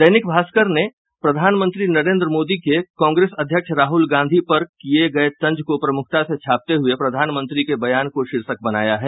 दैनिक भारकर ने प्रधानमंत्री नरेंद्र मोदी के कांग्रेस अध्यक्ष राहुल गांधी पर किये गये तंज को प्रमुखता से छापते हुये प्रधानमंत्री के बयान को शीर्षक बनाया है